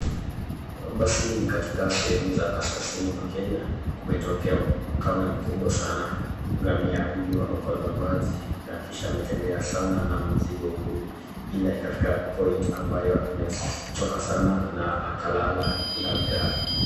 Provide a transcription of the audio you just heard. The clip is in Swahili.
Basi hii ni katika sehemu za kaskazini mwa kenya, kumetokea ukame kubwa sana, ngamia huyu amakosa maji nakisha ametembea sana na mzigo huu, ila ikafika point ambayo amechoka sana na akalala, labda...